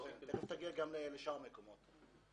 תיכף נגיע לשאר המקומות.